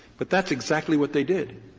but that's exactly what they did.